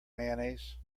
mayonnaise